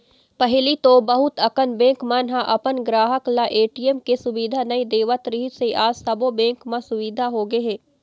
पहिली तो बहुत अकन बेंक मन ह अपन गराहक ल ए.टी.एम के सुबिधा नइ देवत रिहिस हे आज सबो बेंक म ए सुबिधा होगे हे